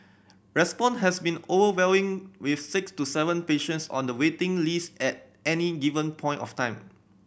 response has been overwhelming with six to seven patients on the waiting list at any given point of time